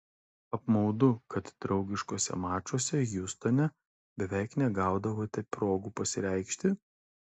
apmaudu kad draugiškuose mačuose hjustone beveik negaudavote progų pasireikšti